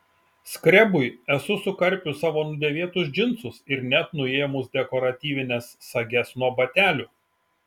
skrebui esu sukarpius savo nudėvėtus džinsus ir net nuėmus dekoratyvines sages nuo batelių